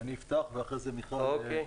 אני אפתח ואחר כך מיכל